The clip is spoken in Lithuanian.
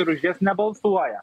ir už jas nebalsuoja